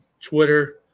Twitter